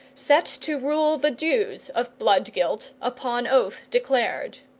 set to rule the dues of blood-guilt, upon oath declared.